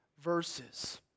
verses